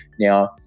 Now